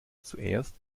zuerst